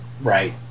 Right